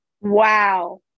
Wow